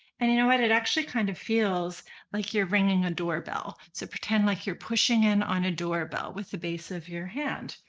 and you know what, it actually kind of feels like you're ringing a doorbell. so pretend like you're pushing in on a doorbell with the base of your hand.